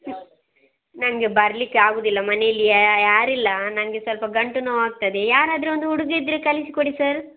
ಹ್ಞೂ ನಂಗೆ ಬರಲಿಕ್ಕೆ ಆಗೋದಿಲ್ಲ ಮನೆಯಲ್ಲಿ ಯಾರು ಇಲ್ಲ ನಂಗೆ ಸ್ವಲ್ಪ ಗಂಟು ನೋವು ಆಗ್ತದೆ ಯಾರಾದರು ಒಂದು ಹುಡುಗ ಇದ್ರೆ ಕಳಿಸಿ ಕೊಡಿ ಸರ್